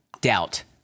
doubt